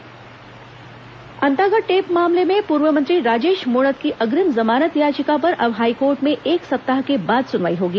high court Antagarh टेपकांड Antagarh tape मामले में पूर्व मंत्री राजेश मूणत की अग्रिम जमानत याचिका पर अब हाईकोर्ट में एक सप्ताह के बाद सुनवाई होगी